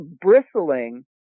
bristling